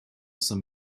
some